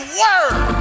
word